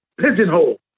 pigeonhole